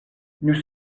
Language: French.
nous